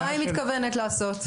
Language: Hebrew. מה היא מתכוונת לעשות?